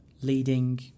leading